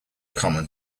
common